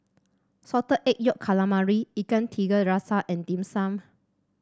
Salted Egg Yolk Calamari Ikan Tiga Rasa and Dim Sum